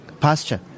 pasture